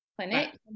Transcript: clinic